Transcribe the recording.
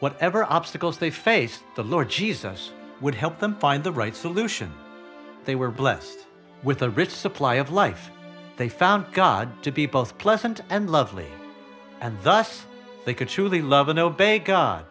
whatever obstacles they faced the lord jesus would help them find the right solution they were blessed with a rich supply of life they found god to be both pleasant and lovely and thus they could truly love and obey god